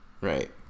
right